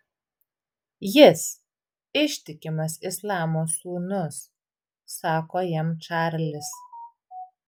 jis ištikimas islamo sūnus sako jam čarlis